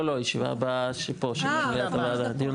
הדיון